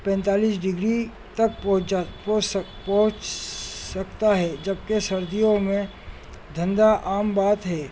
پینتالیس ڈگری تک پہنچ جا پہنچ سک پہنچ سکتا ہے جبکہ سردیوں میں دھند عام بات ہے